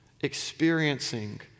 experiencing